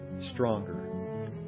stronger